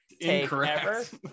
Incorrect